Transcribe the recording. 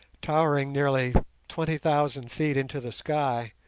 towering nearly twenty thousand feet into the sky,